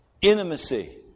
intimacy